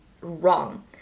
wrong